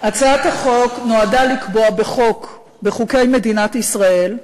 הצעת החוק נועדה לקבוע בחוק, בחוקי מדינת ישראל,